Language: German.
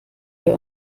wir